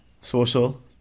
Social